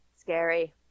scary